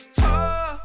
talk